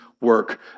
work